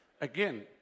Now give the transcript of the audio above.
Again